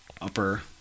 upper